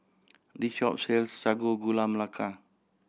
this shop sells Sago Gula Melaka